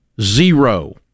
Zero